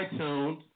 iTunes